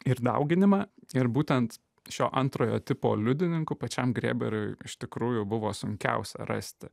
ir dauginimą ir būtent šio antrojo tipo liudininkų pačiam grėberiui iš tikrųjų buvo sunkiausia rasti